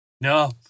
No